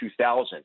2000